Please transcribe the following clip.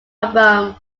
album